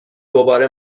دوباره